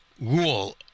Rule